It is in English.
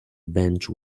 bench